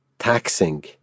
taxing